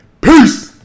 Peace